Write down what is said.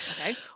Okay